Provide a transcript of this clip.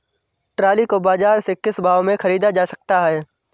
Trolley को बाजार से किस भाव में ख़रीदा जा सकता है?